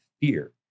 fear